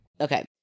Okay